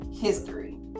history